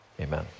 Amen